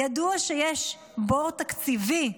ידוע שיש בור תקציבי,